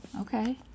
okay